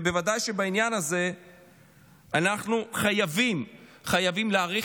בוודאי שבעניין הזה אנחנו חייבים להעריך